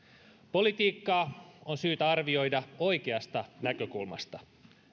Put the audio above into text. politiikkaa on syytä arvioida oikeasta näkökulmasta